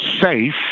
safe